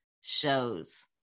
shows